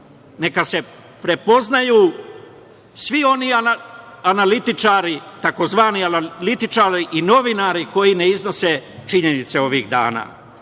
Neka se prepoznaju svi oni analitičari tzv. analitičari i novinari koji ne iznose činjenice ovih dana